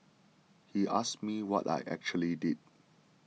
he asked me what I actually did